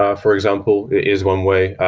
ah for example, is one way.